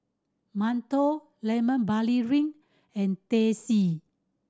mantou Lemon Barley Drink and Teh C